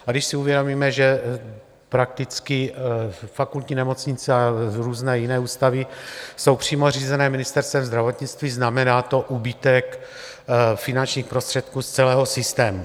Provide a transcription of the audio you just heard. A když si uvědomíme, že prakticky fakultní nemocnice a různé jiné ústavy jsou přímo řízené Ministerstvem zdravotnictví, znamená to úbytek finančních prostředků z celého systému.